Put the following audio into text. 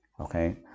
okay